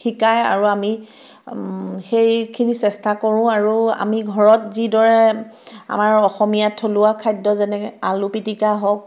শিকায় আৰু আমি সেইখিনি চেষ্টা কৰোঁ আৰু আমি ঘৰত যিদৰে আমাৰ অসমীয়া থলুৱা খাদ্য যেনেকৈ আলু পিটিকা হওক